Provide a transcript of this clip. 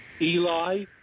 Eli